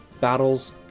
battles